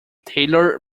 taylor